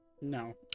No